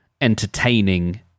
entertaining